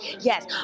Yes